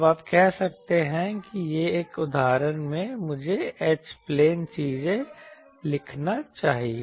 अब आप कह सकते हैं कि एक और उदाहरण में मुझे H प्लेन चीजें लिखना चाहिए